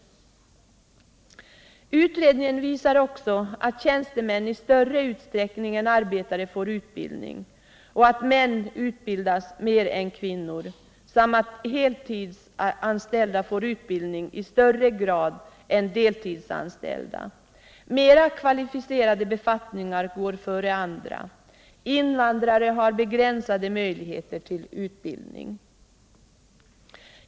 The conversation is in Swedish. Utredningen visar också att tjänstemän i större utsträckning än arbetare får utbildning, att män utbildas mer än kvinnor samt att heltidsanställda får utbildning i högre grad än deltidsanställda. Mera kvalificerade befattningar går före andra. Invandrare har begränsade möjligheter till utbildning.